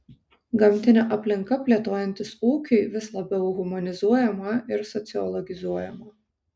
gamtinė aplinka plėtojantis ūkiui vis labiau humanizuojama ir sociologizuojama